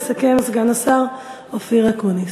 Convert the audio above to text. יסכם סגן השר אופיר אקוניס.